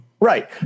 Right